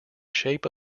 shape